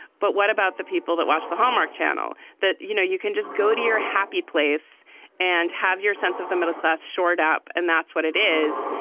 but what about the people that watch the hallmark channel that, you know, you can just go to your happy place and have your sense of the middle-class shored up. and that's what it is.